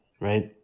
right